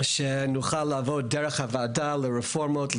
שנוכל לעבוד דרך הוועדה על רפורמות,